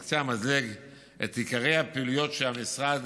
על קצה המזלג את עיקרי הפעילויות שהמשרד